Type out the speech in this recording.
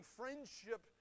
friendship